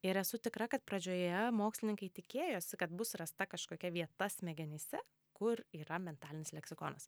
ir esu tikra kad pradžioje mokslininkai tikėjosi kad bus rasta kažkokia vieta smegenyse kur yra mentalinis leksikonas